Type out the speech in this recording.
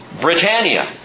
Britannia